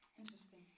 Interesting